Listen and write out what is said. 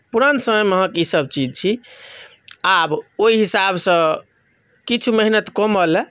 पुरान समय महक ईसभ चीज छी आब ओहि हिसाबसँ किछु मेहनत कमलए